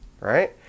Right